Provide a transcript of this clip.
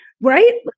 right